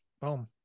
Boom